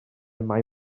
mai